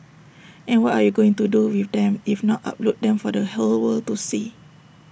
and what are you going to do with them if not upload them for the whole world to see